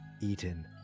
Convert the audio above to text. eaten